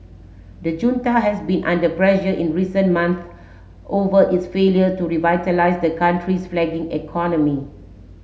the junta has been under pressure in recent months over its failure to revitalise the country's flagging economy